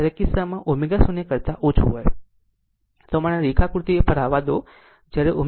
આમ તે કિસ્સામાં જો ω0 કરતા ઓછું હોય તો મને આ રેખાકૃતિ પર આવવા દો